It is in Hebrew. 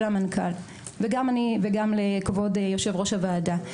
למנכ"ל וגם לכבוד יושב-ראש הוועדה,